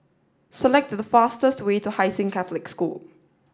select the fastest way to Hai Sing Catholic School